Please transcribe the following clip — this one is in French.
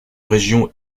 région